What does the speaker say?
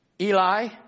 Eli